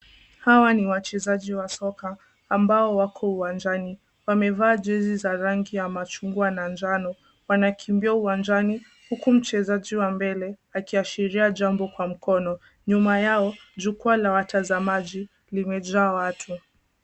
Hawa ni wachezaji wa soka ambao wako uwanjani. Wamevaa jezi za rangi ya machungwa na njano. Wanakimbia uwanjani huku mchezaji wa mbele akiashiria jambo kwa mkono. Nyuma yao jukwaa la watazamaji limejaa watu.